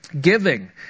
Giving